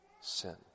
sin